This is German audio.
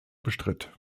bestritt